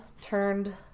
turned